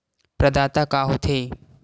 प्रदाता का हो थे?